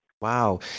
Wow